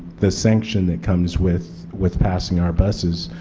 the sanction that comes with with passing our buses.